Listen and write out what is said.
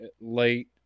late